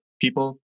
people